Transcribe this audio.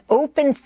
open